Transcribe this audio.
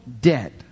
debt